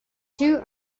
too